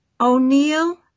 O'Neill